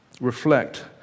reflect